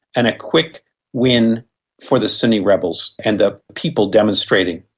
and a quick win for the sunni rebels and the people demonstrating.